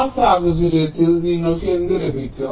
ആ സാഹചര്യത്തിൽ നിങ്ങൾക്ക് എന്ത് ലഭിക്കും